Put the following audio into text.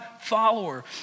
follower